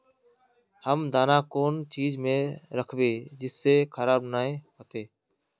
हम दाना कौन चीज में राखबे जिससे खराब नय होते?